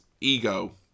ego